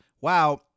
Wow